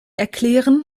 erklären